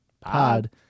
pod